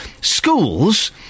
Schools